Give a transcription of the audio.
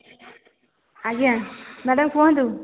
ଆଜ୍ଞା ମ୍ୟାଡ଼ାମ୍ କୁହନ୍ତୁ